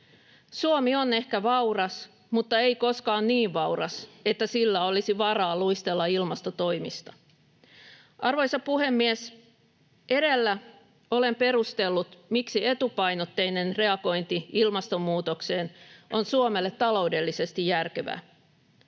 Suomi on ehkä vauras, mutta ei koskaan niin vauras, että sillä olisi varaa luistella ilmastotoimista. Arvoisa puhemies! Edellä olen perustellut, miksi etupainotteinen reagointi ilmastonmuutokseen on Suomelle taloudellisesti järkevää.